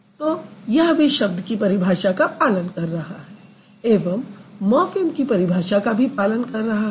तो यह भी शब्द की परिभाषा का पालन कर रहा है एवं मॉर्फ़िम की परिभाषा का भी पालन कर रहा है